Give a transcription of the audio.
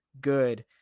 good